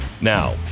Now